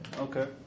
okay